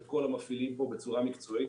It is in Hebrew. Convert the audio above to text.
את כל המפעילים פה בצורה מקצועית.